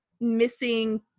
missing